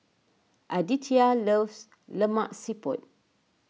Aditya loves Lemak Siput